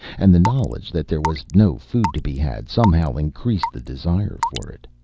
and the knowledge that there was no food to be had somehow increased the desire for it.